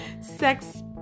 sex